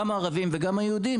גם הערבים וגם היהודים,